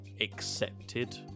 accepted